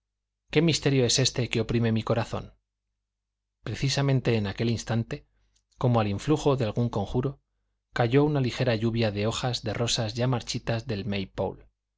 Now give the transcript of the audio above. qué misterio es éste que oprime mi corazón precisamente en aquel instante como al influjo de algún conjuro cayó una ligera lluvia de hojas de rosa ya marchitas del